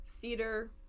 Theater